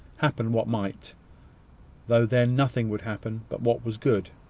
happen what might though then nothing would happen but what was good.